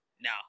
No